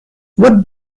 what